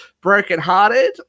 Brokenhearted